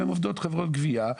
חברות גבייה,